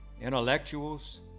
intellectuals